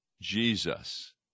Jesus